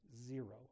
Zero